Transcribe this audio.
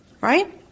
Right